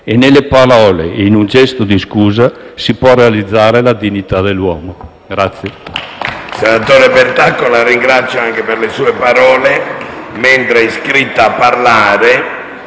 Nelle parole e in un gesto di scusa si può realizzare la dignità dell'uomo.